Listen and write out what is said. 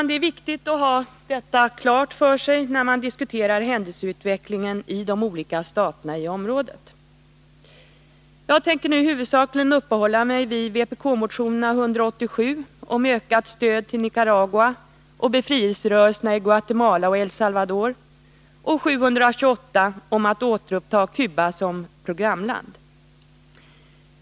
Det är viktigt att ha detta klart för sig när man diskuterar händelseutvecklingen i de olika staterna i området. Herr talman! Jag skall huvudsakligen uppehålla mig vid vpk-motionerna 187 om ökat stöd till Nicaragua och befrielserörelserna i Guatemala och El Salvador och 728 om att återuppta Cuba som programland.